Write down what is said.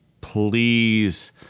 please